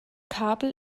kabel